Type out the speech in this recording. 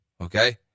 okay